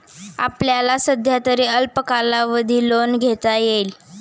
आपल्याला सध्यातरी अल्प कालावधी लोन घेता येईल